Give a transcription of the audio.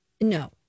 no